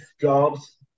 jobs